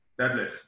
deadlifts